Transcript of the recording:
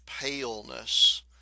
paleness